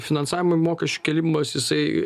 finansavimui mokesčių kėlimas jisai